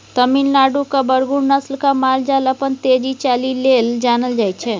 तमिलनाडुक बरगुर नस्लक माल जाल अपन तेज चालि लेल जानल जाइ छै